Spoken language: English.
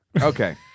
Okay